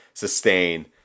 Sustain